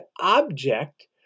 object